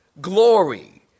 Glory